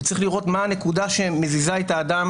וצריך לראות מהי הנקודה שמזיזה את האדם,